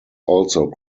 also